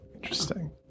interesting